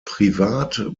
privat